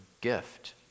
gift